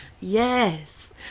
yes